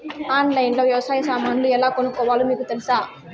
ఆన్లైన్లో లో వ్యవసాయ సామాన్లు ఎలా కొనుక్కోవాలో మీకు తెలుసా?